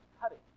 cutting